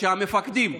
שהמפקדים,